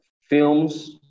films